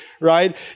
right